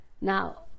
now